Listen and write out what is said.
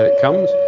ah comes.